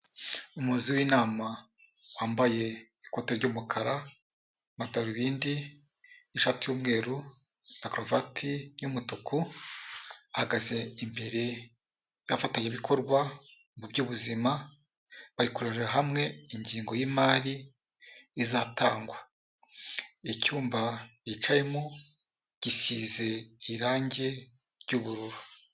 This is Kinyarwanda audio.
Umuyobozi w'inama wambaye ikote ry'umukara, amadarubindi, ishati y'umweru na karuvati y'umutuku. Ahagaze imbere y'abafatanyabikorwa mu by'ubuzima barikurebera hamwe ingengo y'imari izatangwa. icyumba yicayemo gisize irangi ry'ubururu.